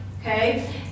okay